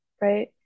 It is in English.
right